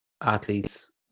athletes